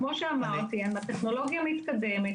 כמו שאמרתי הטכנולוגיה מתקדמת,